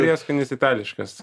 prieskonis itališkas